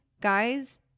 Guys